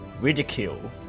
Ridicule